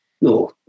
no